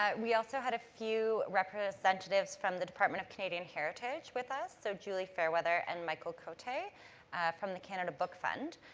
um we also had a few representatives from the department of canadian heritage with us, so julie fairweather and michel cote from the canada book fund.